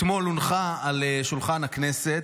אתמול הונחה על שולחן הכנסת,